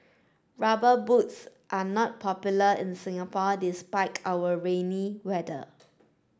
rubber boots are not popular in Singapore despite our rainy weather